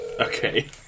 Okay